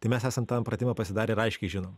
tai mes esam tą pratimą pasidarę aiškiai žinom